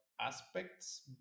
aspects